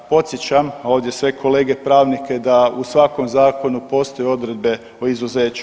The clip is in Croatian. Podsjećam ovdje sve kolege pravnike da u svakom zakonu postoje odredbe o izuzeću.